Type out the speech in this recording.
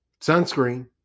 Sunscreen